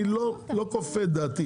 אני לא כופה את דעתי.